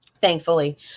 thankfully